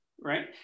right